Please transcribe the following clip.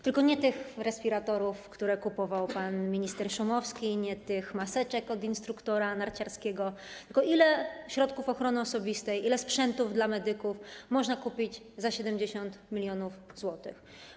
Tylko nie tych respiratorów, które kupował pan minister Szumowski, i nie tych maseczek od instruktora narciarskiego, tylko ile środków ochrony osobistej, ile sprzętów dla medyków można kupić za 70 mln zł?